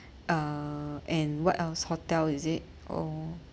uh and what else hotel is it or